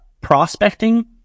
prospecting